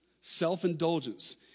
Self-indulgence